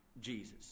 Jesus